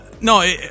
No